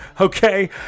Okay